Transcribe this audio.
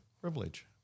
privilege